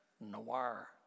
noir